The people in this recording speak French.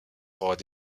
auraient